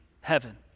heaven